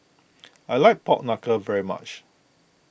I like Pork Knuckle very much